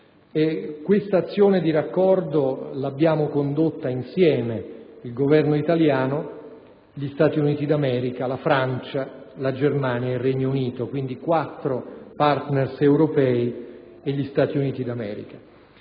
Tale azione di raccordo è stata condotta insieme dal Governo italiano, dagli Stati Uniti d'America, dalla Francia, dalla Germania e dal Regno Unito - quindi, da quattro partner europei - e dagli Stati uniti d'America.